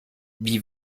wie